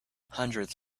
hundreds